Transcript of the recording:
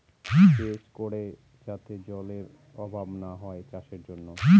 সেচ করে যাতে জলেরর অভাব না হয় চাষের জন্য